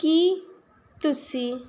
ਕੀ ਤੁਸੀਂ